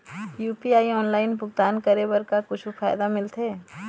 UPI online भुगतान करे बर का कुछू फायदा मिलथे?